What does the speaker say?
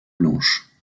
blanche